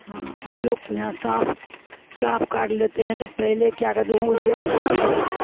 ہاں ہم لوگ کے یہاں سانپ سانپ کاٹ لیتے ہیں تو پہلے کیا کرتے وہ اس جگہ باندھ دیتے ہیں